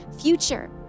future